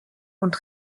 und